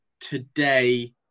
today